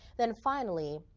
then finally,